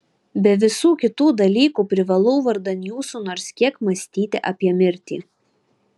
be visų kitų dalykų privalau vardan jūsų nors kiek mąstyti apie mirtį